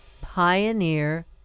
Pioneer